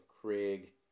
Craig